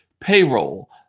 payroll